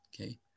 Okay